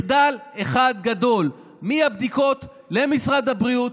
מחדל אחד גדול, מהבדיקות למשרד הבריאות.